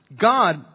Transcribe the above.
God